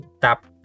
tap